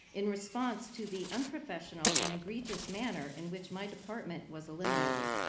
in response to the unprofessional and egregious manner in which my department was eliminated.